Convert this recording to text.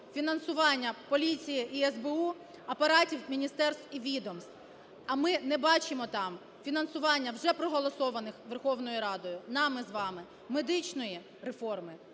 фінансування поліції і СБУ, апаратів міністерств і відомств, а ми не бачимо там фінансування вже проголосованих Верховною Радою, нами з вами медичної реформи,